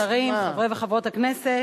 השרות והשרים, חברי וחברות הכנסת,